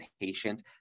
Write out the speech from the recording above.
patient